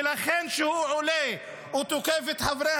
ולכן כשהוא עולה הוא תוקף את חברי